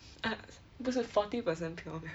uh 不是 forty percent pure math